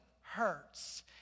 hurts